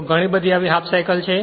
ત્યાં ઘણી આવી હાફ સાઇકલ છે